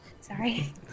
Sorry